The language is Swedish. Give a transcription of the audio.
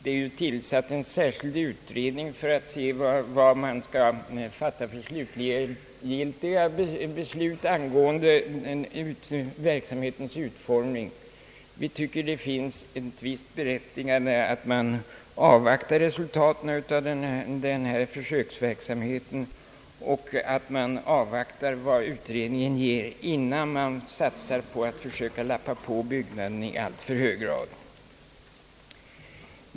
Det har ju tillsatts en särskild utredning till ledning för de slutgiltiga beslut som vi skall fatta angående verksamhetens utformning. Det finns därför ett visst berättigande att avvakta resultatet av den pågående försöksverksamheten och att avvakta vad utredningen ger innan vi satsar på att försöka lappa på byggnaden i alltför hög grad.